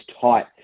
tight